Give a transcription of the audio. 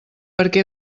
perquè